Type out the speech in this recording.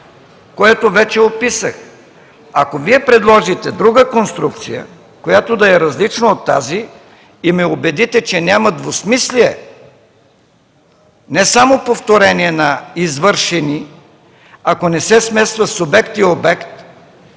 което вече е описах. Ако Вие предложите друга конструкция, която да е различна от тази, и ме убедите, че няма двусмислие, не само повторение на извършени, ако не се смесва субект и обект,